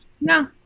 No